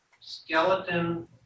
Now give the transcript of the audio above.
skeleton